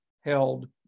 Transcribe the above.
held